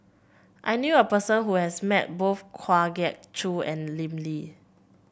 I knew a person who has met both Kwa Geok Choo and Lim Lee